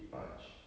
march